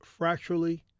fracturally